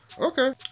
okay